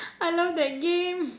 I love that game